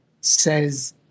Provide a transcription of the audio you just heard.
says